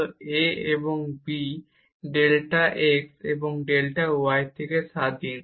a এবং b delta x এবং delta y থেকে স্বাধীন